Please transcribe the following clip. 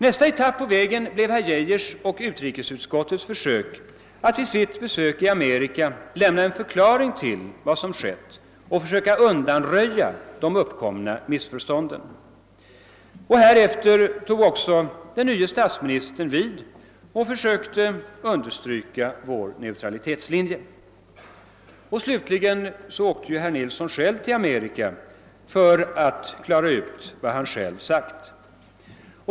Nästa etapp på vägen blev herr Geijers och utrikesutskottets försök att vid sitt besök i Amerika lämna en förklaring till vad som skett och undanröja de uppkomna missförstånden. Härefter tog också den nye statsministern vid och försökte understryka vår neutralitetslinje. Slutligen reste herr Nilsson själv till Amerika för att klara ut vad han sagt.